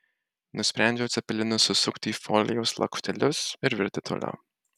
nusprendžiau cepelinus susukti į folijos lakštelius ir virti toliau